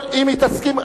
אם היא תסכים.